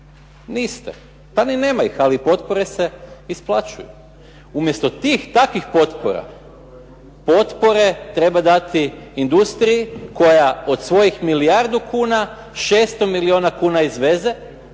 Niste. Pa ni nema ih, ali potpore se isplaćuju. Umjesto tih takvih potpora, potpore treba dati industriji koja od svojih milijardu kuna, 600 milijuna kuna izveze